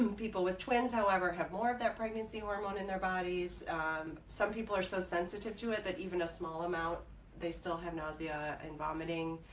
and people with twins however have more of that pregnancy hormone in their bodies some people are so sensitive to it that even a small amount they still have nausea and vomiting,